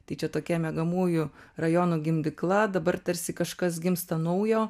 tai čia tokie miegamųjų rajonų gimdykla dabar tarsi kažkas gimsta naujo